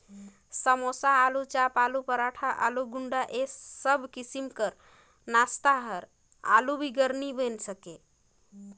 समोसा, आलूचाप, आलू पराठा, आलू गुंडा ए जम्मो किसिम कर नास्ता आलू बिगर नी बइन सके